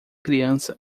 criança